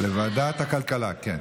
התשפ"ג 2023, לוועדת הכלכלה נתקבלה.